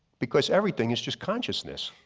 because everything is just consciousness.